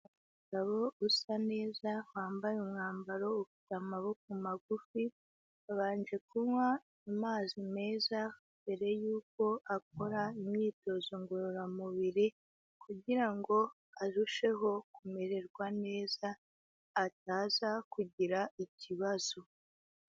Umugabo usa neza wambaye umwambaro ufite amaboko magufi, yabanje kunywa amazi meza mbere yuko akora imyitozo ngororamubiri kugira ngo arusheho kumererwa neza, ataza kugira ikibazo.